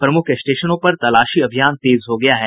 प्रमुख स्टेशनों पर तलाशी अभियान तेज हो गया है